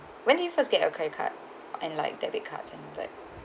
when do you first get your credit card and like debit card and like